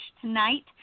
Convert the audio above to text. tonight